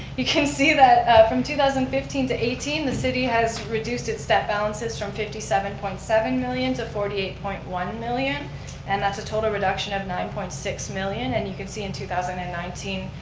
you can see that from two thousand and fifteen to eighteen, the city has reduced its debt balances from fifty seven point seven million to forty eight point one million and that's a total reduction of nine point six million. and you can see in two thousand and nineteen,